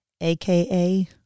aka